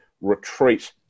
retreat